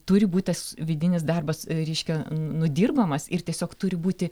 turi būt tas vidinis darbas reiškia nudirbamas ir tiesiog turi būti